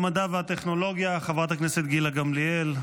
המדע והטכנולוגיה חברת הכנסת גילה גמליאל,